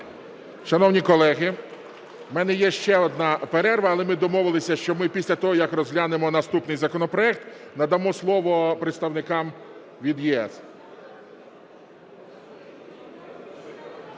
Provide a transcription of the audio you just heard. Шановні колеги, в мене є ще одна перерва. Але ми домовилися, що ми, після того як розглянемо наступний законопроект, надамо слово представникам від "ЄС".